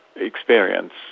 experience